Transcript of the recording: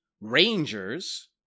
rangers